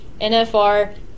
NFR